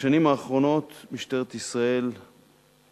בשנים האחרונות משטרת ישראל מבצעת